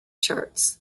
charts